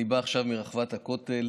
אני בא עכשיו מרחבת הכותל,